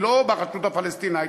היא לא ברשות הפלסטינית,